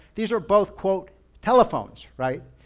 these are both quote telephones, right?